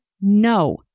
No